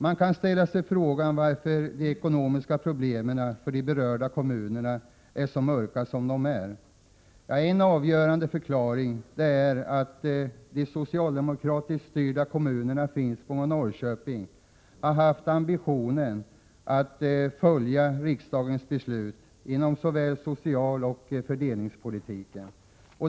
Man kan ställa sig frågan varför de ekonomiska problemen för de berörda kommunerna är så svåra som de nu är. En avgörande förklaring är att de socialdemokratiskt styrda kommunerna Finspång och Norrköping har haft ambitionen att fullfölja riksdagens beslut inom socialoch fördelningspolitiken.